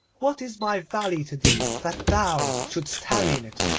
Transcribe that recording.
what is my valley to thee, that thou shouldst tarry in it?